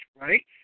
right